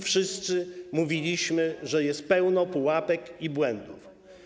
Wszyscy mówiliśmy, że jest pełno pułapek i błędów.